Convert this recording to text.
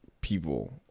people